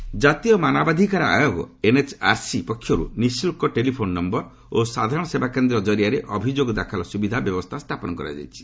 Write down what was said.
NHRC ଜାତୀୟ ମାନବାଧିକାର ଆୟୋଗ ଏନ୍ଏଚ୍ଆର୍ସି ପକ୍ଷରୁ ନିଃଶୁଳ୍କ ଟେଲିଫୋନ୍ ନମ୍ଭର ଓ ସାଧାରଣ ସେବା କେନ୍ଦ ଜରିଆରେ ଅଭିଯୋଗ ଦାଖଲ ସୁବିଧା ବ୍ୟବସ୍ଥା ସ୍ଥାପନ କରାଯାଇଛି